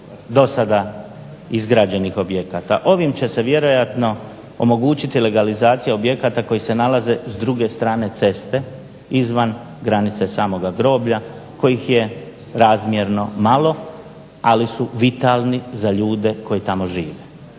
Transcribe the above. do sada izgrađenih objekata. Ovim će se vjerojatno omogućiti legalizacija objekata koji se nalaze s druge strane ceste izvan granice samoga groblja kojih je razmjerno malo, ali su vitalni za ljude koji tamo žive.